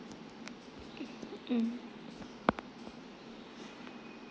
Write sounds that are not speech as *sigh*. *noise* mm